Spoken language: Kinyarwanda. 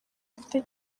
afite